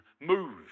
move